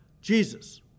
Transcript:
Jesus